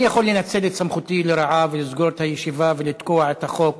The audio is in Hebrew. אני יכול לנצל את סמכותי לרעה ולסגור את הישיבה ולתקוע את החוק